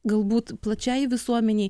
galbūt plačiajai visuomenei